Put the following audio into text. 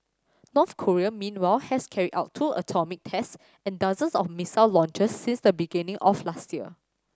North Korea meanwhile has carried out two atomic tests and dozens of missile launches since the beginning of last year